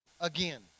again